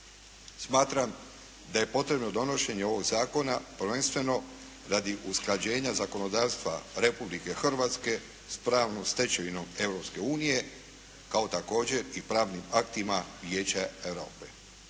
Smatram da je potrebno donošenje ovog zakona prvenstveno radi usklađenja zakonodavstva Republike Hrvatske s pravnom stečevinom Europske unije kao također i pravnim aktima Vijeća Europe.